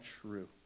true